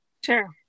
Sure